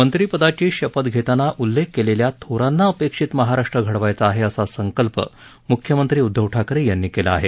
मंत्रीपदाची शपथ घेताना उल्लेख केलेल्या थोरांना अपेक्षित महाराष्ट्र घडवायचा आहे असा संकल्प मुख्यमंत्री उद्घव ठाकरे यांनी केला आहे